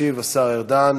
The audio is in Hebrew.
ישיב השר ארדן.